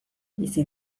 bizi